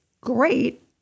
great